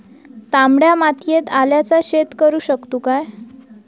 तामड्या मातयेत आल्याचा शेत करु शकतू काय?